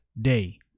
day